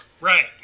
Right